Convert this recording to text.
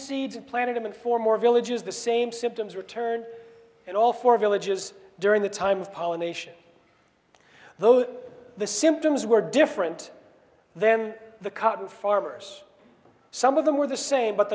and planted them in four more villages the same symptoms returned in all four villages during the time of pollination though the symptoms were different then the cotton farmers some of them were the same but